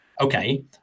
okay